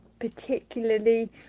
particularly